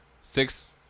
six